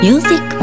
Music